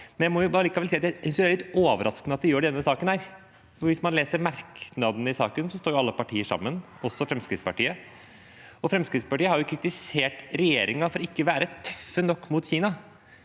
Jeg må allikevel si at jeg synes det er litt overraskende at det gjør det i denne saken, for hvis man leser merknadene til saken, står jo alle partier sammen, også Fremskrittspartiet. Fremskrittspartiet har også kritisert regjeringen for ikke være tøffe nok mot Kina.